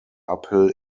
uphill